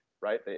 right